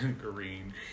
green